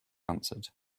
answered